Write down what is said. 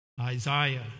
Isaiah